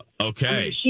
Okay